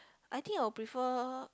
I think I'll prefer